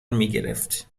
میگرفت